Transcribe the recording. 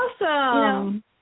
Awesome